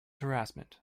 harassment